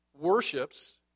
worships